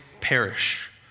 perish